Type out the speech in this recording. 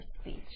speech